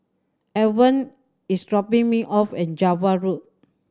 Alvan is dropping me off at Java Road